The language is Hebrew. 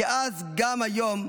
כאז כן גם היום,